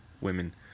women